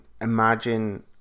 imagine